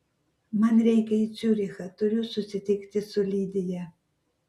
man reikia į ciurichą turiu susitikti su lidija